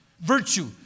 Virtue